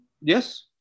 Yes